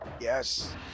Yes